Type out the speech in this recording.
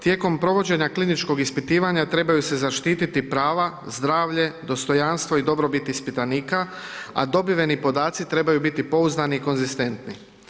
Tijekom provođenja kliničkog ispitivanja trebaju se zaštiti prava, zdravljen, dostojanstvo i dobrobit ispitanika, a dobiveni podaci trebaju biti pouzdani i konzistentni.